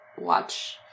watch